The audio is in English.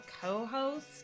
co-host